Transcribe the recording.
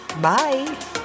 bye